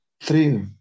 three